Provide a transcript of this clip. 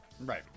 Right